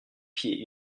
pieds